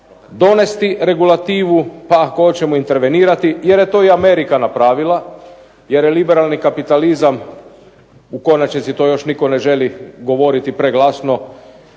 donesti regulativu pa ako hoćemo intervenirati jer je to i Amerika napravila jer je liberalni kapitalizam, u konačnici to još nitko ne želi govoriti preglasno,